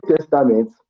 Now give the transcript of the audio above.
testament